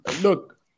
look